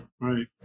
right